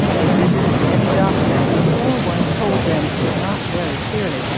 they visited many doctors before one told them, not very clearly,